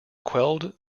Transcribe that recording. quelled